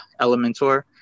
Elementor